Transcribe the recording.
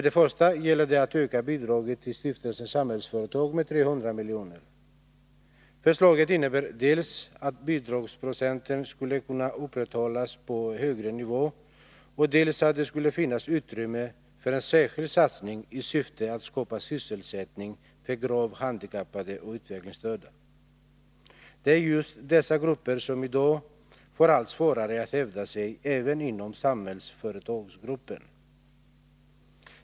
Det gäller att öka bidraget till stiftelsen Samhällsföretag med 300 milj.kr. Förslaget innebär dels att bidragsprocenten skulle kunna upprätthållas på en högre nivå, dels att det skulle finnas utrymme för en särskild satsning i syfte att skapa sysselsättning för gravt handikappade och utvecklingsstörda. Det är just dessa grupper som i dag får allt svårare att hävda sig även inom Samhällsföretagsgruppen.